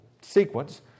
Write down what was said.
sequence